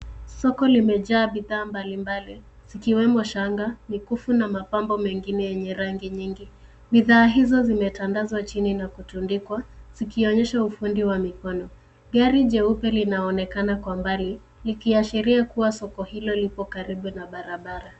Soko limejaa bidhaa mbalimbali, zikiwemo shanga, mikufu na mapambo mengine yenye rangi nyingi. Bidhaa hizo zimetandazwa chini na kutundikwa, zikionyesha ufundi wa mikono. Gari jeupe linaonekana kwa mbali, likiashiria kuwa soko hilo lipo karibu na barabara.